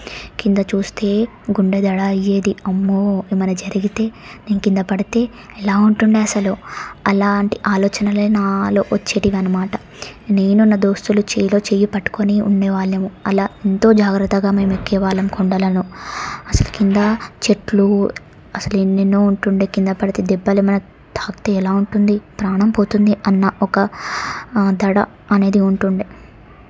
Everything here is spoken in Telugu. క్రింద చూస్తే గుండె దడ అయ్యేది అమ్మో ఏమైనా జరిగితే నేను క్రింద పడితే ఎలా ఉంటుండే అసలు అలాంటి ఆలోచనలే నాలో వచ్చేటివి అన్నమాట నేను నా దోస్తులు చేతిలో చేయి పట్టుకొని ఉండేవాళ్ళము అలా ఎంతో జాగ్రత్తగా మేము ఎక్కేవాళ్ళము కొండలను అసలు క్రింద చెట్లు అసలు ఎన్నెన్నో ఉంటుండే క్రింద పడితే దెబ్బలు ఏమైనా తాకితే ఎలా ఉంటుంది ప్రాణం పోతుంది అన్న ఒక దడ అనేది ఉంటుండే